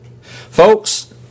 Folks